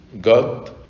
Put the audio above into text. God